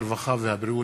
הרווחה והבריאות.